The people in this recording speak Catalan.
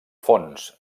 fons